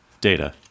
Data